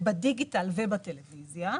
בדיגיטל ובטלוויזיה,